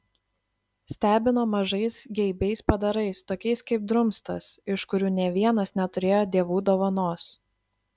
stebino mažais geibiais padarais tokiais kaip drumstas iš kurių nė vienas neturėjo dievų dovanos